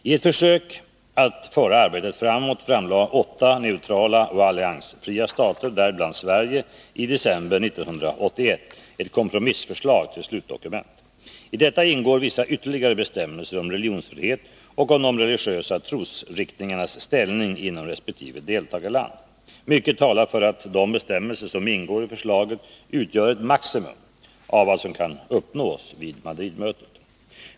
I ett försök att föra arbetet framåt framlade åtta neutrala och alliansfria stater, däribland Sverige, i december 1981 ett kompromissförslag till slutdokument. I detta ingår vissa ytterligare bestämmelser om religionsfrihet och om de religiösa trosriktningarnas ställning inom resp. deltagarland. Mycket talar för att de bestämmelser som ingår i förslaget utgör ett maximum av vad som kan uppnås vid Madridmötet.